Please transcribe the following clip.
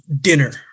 dinner